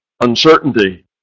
uncertainty